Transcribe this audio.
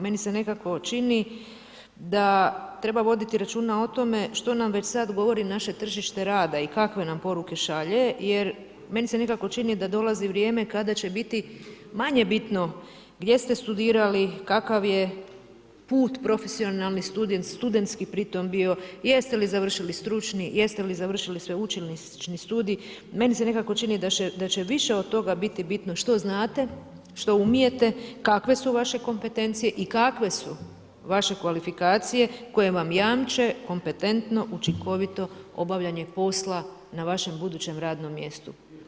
Meni se nekako čini da treba voditi računa o tome, što nam već sada govori naše tržište rada i kakve nam poruke šalje, jer meni se nekako čini da dolazi vrijeme, kada će biti manje bitno, gdje ste studirali, kakav je put profesionalni studentski pri tome bio, jeste li završili stručni, jeste li završili sveučilišni studij, meni se nekako čini, da će više od toga biti bitno što znate, što umijete, kakve su vaše kompetencije i kakve su vaše kvalifikacije, koje vam jamče, kompetentno učinkovito obavljanje posla na vašem budućem radnom mjestu.